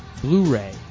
Blu-ray